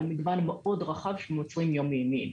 על מגוון מאוד רחב של מוצרים יומיומיים.